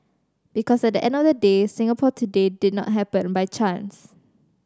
because at the end of the day Singapore today did not happen by chance